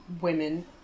women